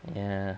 ya